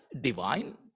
divine